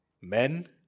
men